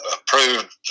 approved